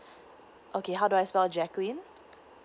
okay how do I spell Jacqueline